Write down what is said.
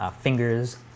fingers